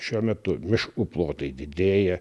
šiuo metu miškų plotai didėja